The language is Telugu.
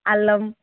అల్లం